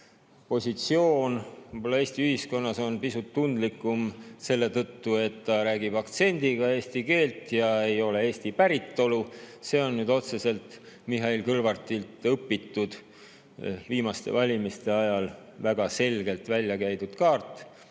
positsioon Eesti ühiskonnas on pisut tundlikum selle tõttu, et ta räägib aktsendiga eesti keelt, ei ole Eesti päritolu. See on nüüd otseselt Mihhail Kõlvartilt õpitud, see on viimaste valimiste ajal väga selgelt välja käidud kaart.